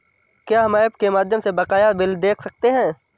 क्या हम ऐप के माध्यम से बकाया बिल देख सकते हैं?